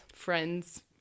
friends